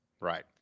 Right